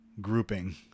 grouping